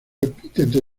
epíteto